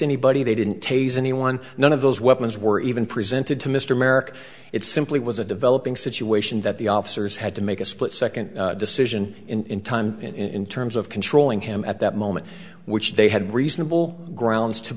anybody they didn't taser anyone none of those weapons were even presented to mr merrick it simply was a developing situation that the officers had to make a split second decision in time in terms of controlling him at that moment which they had reasonable grounds to